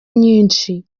nyinshi